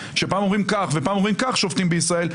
שפעם אומרים כך ופעם אומרים כך שופטים בישראל,